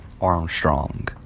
Armstrong